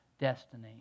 destiny